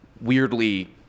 weirdly—